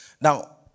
Now